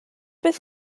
beth